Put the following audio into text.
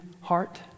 heart